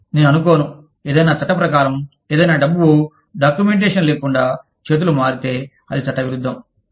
నేను అనుకోను ఏదైనా చట్టం ప్రకారం ఏదైనా డబ్బు డాక్యుమెంటేషన్ లేకుండా చేతులు మారితే అది చట్టవిరుద్ధం అని